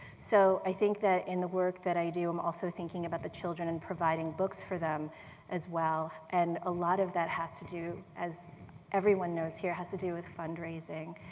so i think in the work that i do i'm also thinking about the children and providing books for them as well, and a lot of that has to do, as everyone knows here, has to do with fundraising.